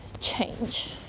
change